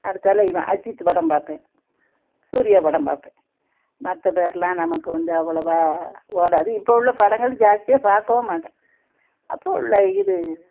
அடுத்தாலே இவன் அஜித்து படம் பார்ப்பேன் சூர்யா படம் பார்ப்பேன் மற்ற பேரெலாம் நமக்கு வந்து அவ்வளவாக ஓடாது இப்போ உள்ள படங்கள் ஜாஸ்தியாக பாக்கவும் மாட்டேன் அப்போது உள்ள இது